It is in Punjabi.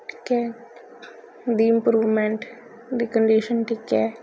ਠੀਕ ਹੈ ਦੀ ਇੰਪਰੂਵਮੈਂਟ ਦੀ ਕੰਡੀਸ਼ਨ ਠੀਕ ਹੈ